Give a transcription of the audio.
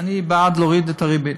שאני בעד להוריד את הריבית.